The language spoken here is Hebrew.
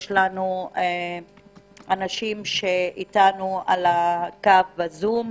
יש אנשים שאתנו בזום.